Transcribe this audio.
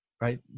Right